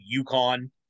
UConn